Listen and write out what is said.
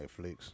netflix